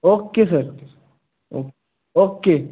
okay sir okay sir oh okay